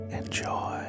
Enjoy